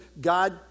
God